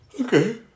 Okay